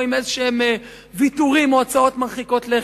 עם ויתורים מסוימים או הצעות מרחיקות לכת,